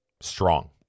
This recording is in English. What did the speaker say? strong